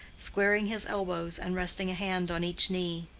squaring his elbows and resting a hand on each knee